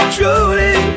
Truly